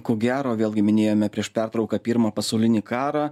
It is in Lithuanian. ko gero vėlgi minėjome prieš pertrauką pirmą pasaulinį karą